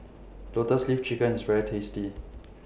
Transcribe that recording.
Lotus Leaf Chicken IS very tasty